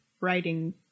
writing